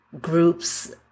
groups